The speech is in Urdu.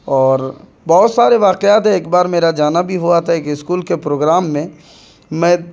اور بہت سارے واقعات ہے ایک بار میرا جانا بھی ہوا تھا ایک اسکول کے پروگرام میں میں